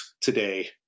today